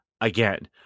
again